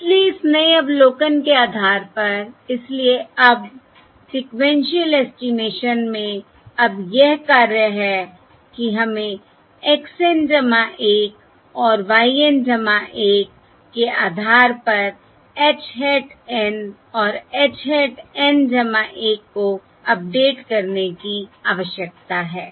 इसलिए इस नए अवलोकन के आधार पर इसलिए अब सीक्वेन्शिअल एस्टिमेशन में अब यह कार्य है कि हमें x N 1 और y N 1 के आधार पर h hat N और h hat N 1 को अपडेट करने की आवश्यकता है